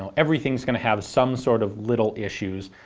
so everything's going to have some sort of little issues,